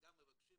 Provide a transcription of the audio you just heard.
גם מבקשים,